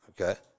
Okay